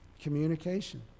communication